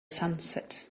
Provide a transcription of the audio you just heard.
sunset